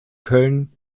köln